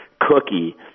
cookie